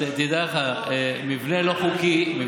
זה כל כך קל להגיד, זה